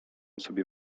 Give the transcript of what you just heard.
sobie